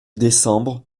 décembre